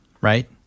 right